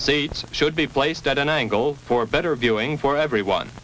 seats should be placed at an angle for better viewing for every one